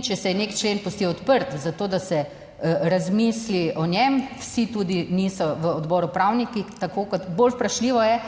če se je nek člen pustil odprt za to, da se razmisli o njem, vsi tudi niso v odboru pravniki, tako kot, bolj vprašljivo je,